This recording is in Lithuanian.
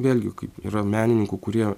vėlgi kaip yra menininkų kurie